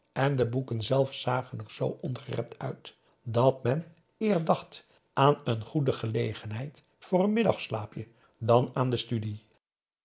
en de boeken zelf zagen er zoo ongerept uit dat p a daum hoe hij raad van indië werd onder ps maurits men eer dacht aan een goede gelegenheid voor n middagslaapje dan aan de studie